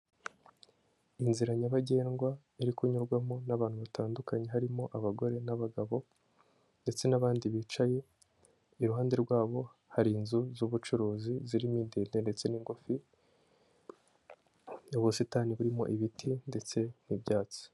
Inzira nyabagendwa iri kunyurwamo n'abantu batandukanye, harimo abagore n'abagabo ndetse n'abandi bicaye, iruhande rwabo hari inzu z'ubucuruzi, zirimo indende ndetse n'ingufi, ubusitani burimo ibiti ndetse n'ibyatsi.